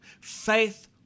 faith